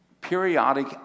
periodic